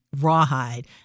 rawhide